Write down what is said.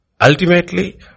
Ultimately